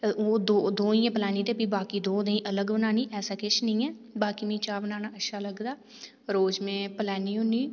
ओह् दऊं गी गै पैलानी ते बाकी दऊं लेई अलग बनानी ऐसा किश नेईं ऐ बाकी मी चाह् बनाना अच्छा लगदा रोज में पेलानी होन्नी